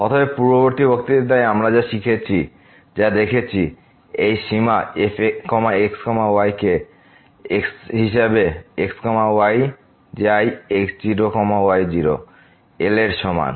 অতএব পূর্ববর্তী বক্তৃতায় আমরা যা দেখেছি যে এই সীমা f x y হিসাবে x y যায় x0 y0 L এর সমান